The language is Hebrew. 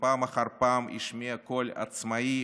ופעם אחר פעם השמיע קול עצמאי,